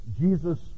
Jesus